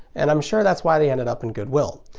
and i'm sure that's why they ended up in goodwill.